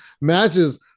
Matches